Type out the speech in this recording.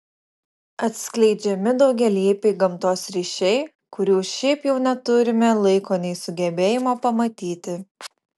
atskleidžiami daugialypiai gamtos ryšiai kurių šiaip jau neturime laiko nei sugebėjimo pamatyti